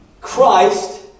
Christ